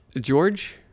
George